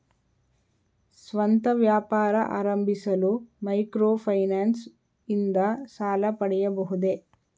ಸ್ವಂತ ವ್ಯಾಪಾರ ಆರಂಭಿಸಲು ಮೈಕ್ರೋ ಫೈನಾನ್ಸ್ ಇಂದ ಸಾಲ ಪಡೆಯಬಹುದೇ?